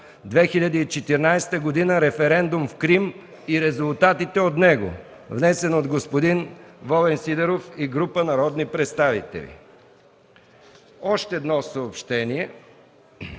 2014 г. референдум в Крим и резултатите от него, внесен от господин Волен Сидеров и група народни представители. Още едно съобщение.